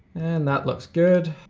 and that looks good.